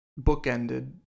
bookended